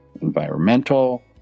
environmental